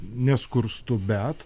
neskurstu bet